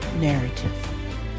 narrative